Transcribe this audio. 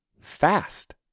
fast